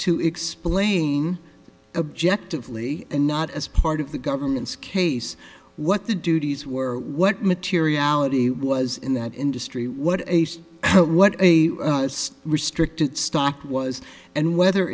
to explain objective lee and not as part of the government's case what the duties were what materiality was in that industry what what a restricted stock was and whether